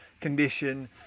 condition